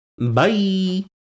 Bye